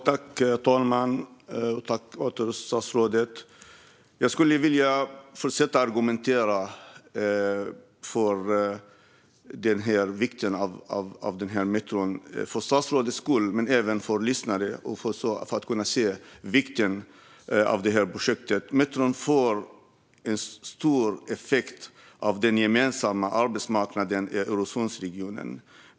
Herr talman! Jag skulle vilja fortsätta argumentera för vikten av det här metroprojektet, för statsrådets skull men även lyssnarnas. Metron får stor effekt på den gemensamma arbetsmarknaden i Öresundsregionen.